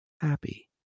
happy